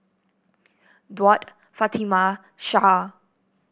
Daud Fatimah Shah